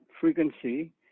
frequency